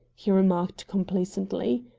he remarked complacently.